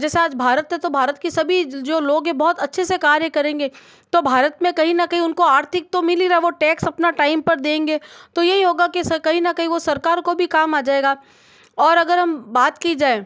जैसा आज भारत है तो भारत की सभी जो लोग हैं बहुत अच्छे से कार्य करेंगे तो भारत में कहीं न कहीं उनको आर्थिक तो मिली न वह टैक्स अपना टाइम पर देंगे तो यही होगा कि सरकारी न कई वह सरकार को भी काम आ जाएगा और अगर हम बात की जाए